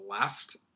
left